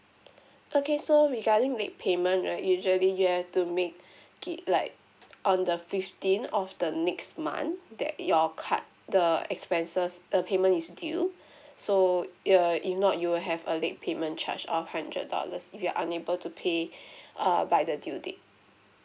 okay so regarding late payment right usually you have to make it like on the fifteen of the next month that your card the expenses the payment is due so err if not you will have a late payment charge of hundred dollars if you're unable to pay err by the due date